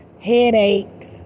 headaches